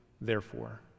therefore